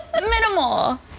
Minimal